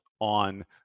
on